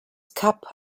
cup